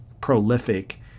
prolific